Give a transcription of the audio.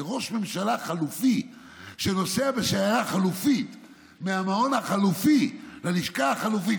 וראש ממשלה חלופי שנוסע בשיירה חלופית מהמעון החלופי ללשכה החלופית,